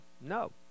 No